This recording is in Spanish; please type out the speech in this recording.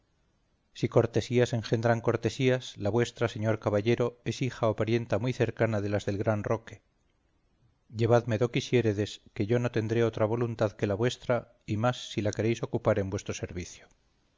si cortesías engendran cortesías la vuestra señor caballero es hija o parienta muy cercana de las del gran roque llevadme do quisiéredes que yo no tendré otra voluntad que la vuestra y más si la queréis ocupar en vuestro servicio